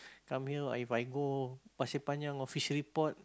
come here or if I go Pasir-Panjang or fishery port